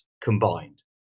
combined